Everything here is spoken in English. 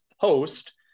post